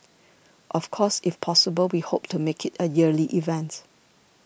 of course if possible we hope to make it a yearly event